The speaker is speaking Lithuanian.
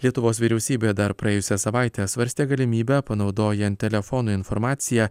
lietuvos vyriausybė dar praėjusią savaitę svarstė galimybę panaudojant telefonų informaciją